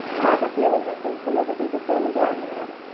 i have a feeling that things will never be the same again, anne.